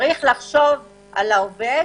צריך לחשוב על העובד,